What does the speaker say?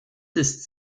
ist